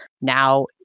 Now